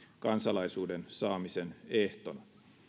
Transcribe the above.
kansalaisuuden saamisen ehtona